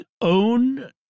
own